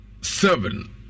seven